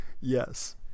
Yes